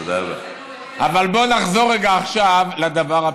אבל בואו נחזור עכשיו לדבר הבסיסי.